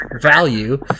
value